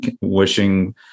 wishing